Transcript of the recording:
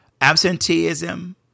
absenteeism